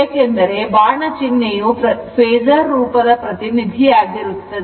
ಏಕೆಂದರೆ ಬಾಣ ಚಿಹ್ನೆಯು ಫೇಸರ್ ರೂಪದ ಪ್ರತಿನಿಧಿ ಆಗಿರುತ್ತದೆ